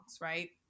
right